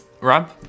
Rob